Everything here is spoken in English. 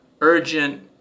urgent